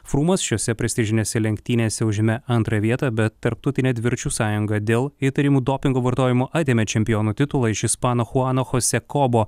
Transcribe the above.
frūmas šiose prestižinėse lenktynėse užėmė antrą vietą bet tarptautinė dviračių sąjunga dėl įtarimų dopingo vartojimu atėmė čempiono titulą iš ispano chuano chose kobo